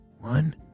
One